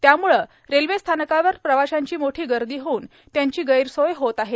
त्यामुळं रेल्वेस्थानकावर प्रवाशांची मोठी गर्दी होऊन त्यांची गैरसोय होत आहे